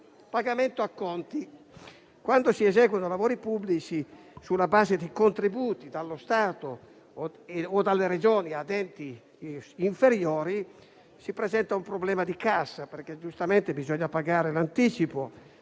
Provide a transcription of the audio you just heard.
pagamento degli acconti, quando si eseguono lavori pubblici sulla base di contributi dallo Stato o dalle Regioni ad enti inferiori, si presenta un problema di cassa, perché giustamente bisogna pagare l'anticipo